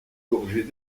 gorgées